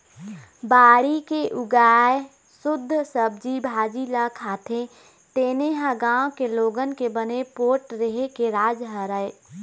बाड़ी के उगाए सुद्ध सब्जी भाजी ल खाथे तेने ह गाँव के लोगन के बने पोठ रेहे के राज हरय